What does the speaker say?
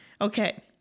Okay